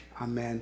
amen